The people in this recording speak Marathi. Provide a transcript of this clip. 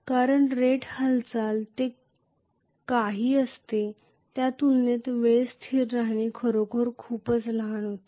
कारण रेट हालचाल जे काही असते त्या तुलनेत वेळ स्थिर राहणे खरोखर खूपच लहान होते